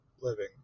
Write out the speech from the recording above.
living